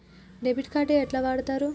Debit card ఎట్లా వాడుతరు?